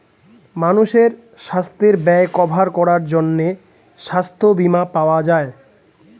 মানুষের সাস্থের ব্যয় কভার করার জন্যে সাস্থ বীমা পাওয়া যায়